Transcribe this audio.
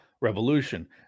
revolution